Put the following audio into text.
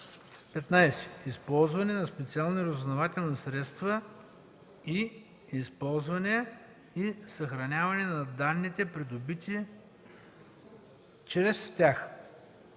„15. използване на специални разузнавателни средства и използване и съхраняване на данните, придобити чрез тях;”